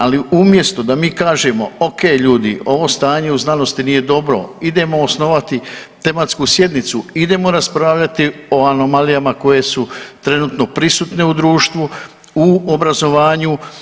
Ali umjesto da mi kažemo o.k. ljudi ovo stanje u znanosti nije dobro idemo osnovati tematsku sjednicu, idemo raspravljati o anomalijama koje su trenutno prisutne u društvu, u obrazovanju.